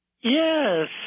Yes